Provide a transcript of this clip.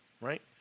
right